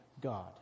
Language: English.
God